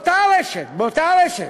באותה הרשת,